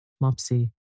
Mopsy